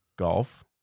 golf